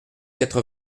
quatre